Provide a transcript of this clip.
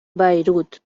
beirut